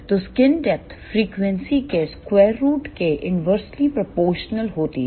तो screen depth frequency के square root के इनवर्सली प्रपोर्शनल होती है